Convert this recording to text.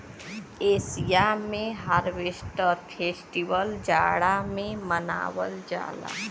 Asia में harvest festival जाड़ा में मनावल जाला